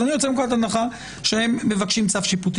אז אני יוצא מנקודת הנחה שהם מבקשים צו שיפוטי.